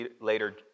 later